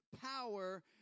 power